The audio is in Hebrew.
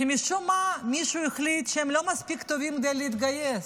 ומשום מה מישהו החליט שהם לא מספיק טובים כדי להתגייס,